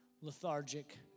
lethargic